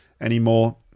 anymore